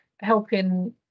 helping